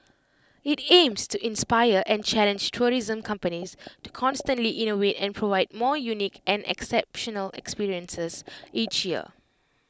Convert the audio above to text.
IT aims to inspire and challenge tourism companies to constantly innovate and provide more unique and exceptional experiences each year